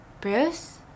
Bruce